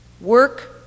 Work